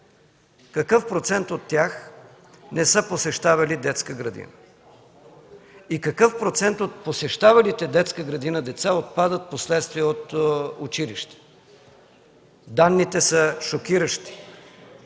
какъв процент от тях не са посещавали детска градина? И какъв процент от посещавалите детска градина деца отпадат впоследствие от училище? Данните са шокиращи